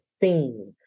theme